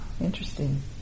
interesting